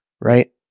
Right